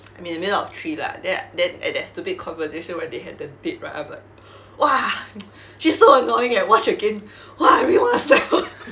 I'm in the middle of three lah then then at that stupid conversation where they had the date right I'm like !wah! she's so annoying leh watch again !wah! I really wanna slap her